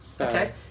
Okay